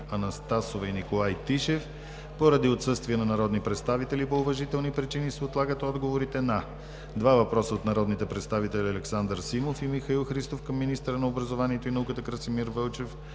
Анастасова и Николай Тишев. Поради отсъствие на народни представители по уважителни причини се отлагат отговорите на: - два въпроса от народните представители Александър Симов и Михаил Христов към министъра на образованието и науката Красимир Вълчев;